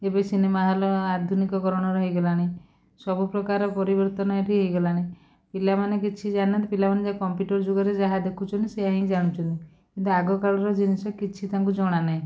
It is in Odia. ଏବେ ସିନେମା ହଲ୍ ଆଧୁନିକୀକରଣ ହେଇଗଲାଣି ସବୁ ପ୍ରକାର ପରିବର୍ତ୍ତନ ଏଠି ହେଇଗଲାଣି ପିଲାମାନେ କିଛି ଜାଣିନାହାନ୍ତି ପିଲାମାନେ ଯାଇ କମ୍ପ୍ୟୁଟର୍ ଯୁଗରେ ଯାହା ଦେଖୁଛନ୍ତି ସେଇଆ ହିଁ ଜାଣୁଛନ୍ତି କିନ୍ତୁ ଆଗ କାଳରେ ଜିନଷ କିଛି ତାଙ୍କୁ ଜଣାନାହିଁ